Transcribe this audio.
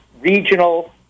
regional